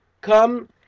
come